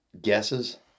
Guesses